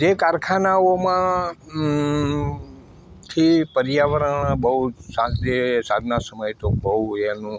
જે કારખાનાઓમાં થી પર્યાવરણ બહુ સાંજે સાંજના સમયે તો બહુ એનું